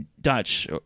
Dutch